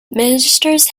ministers